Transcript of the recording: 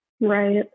Right